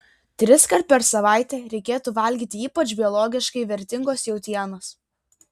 triskart per savaitę reikėtų valgyti ypač biologiškai vertingos jautienos